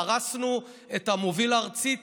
פרסנו את המוביל הארצי,